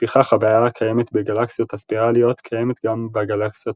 ולפיכך הבעיה הקיימת בגלקסיות הספירליות קיימת גם בגלקסיות